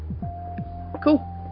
Cool